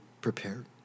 prepared